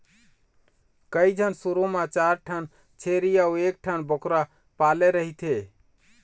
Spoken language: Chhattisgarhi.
कइझन शुरू म चार ठन छेरी अउ एकठन बोकरा पाले रहिथे